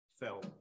fell